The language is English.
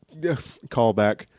callback